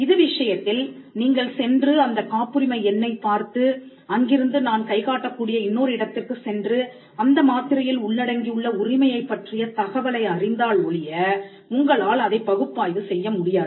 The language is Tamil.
இது விஷயத்தில் நீங்கள் சென்று அந்த காப்புரிமை எண்ணைப் பார்த்து அங்கிருந்து நான் கை காட்டக்கூடிய இன்னொரு இடத்திற்குச் சென்றுஅந்த மாத்திரையில் உள்ளடங்கியுள்ள உரிமையைப் பற்றிய தகவலை அறிந்தால் ஒழிய உங்களால் அதைப் பகுப்பாய்வு செய்ய முடியாது